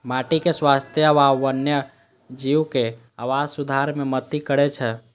माटिक स्वास्थ्य आ वन्यजीवक आवास सुधार मे मदति करै छै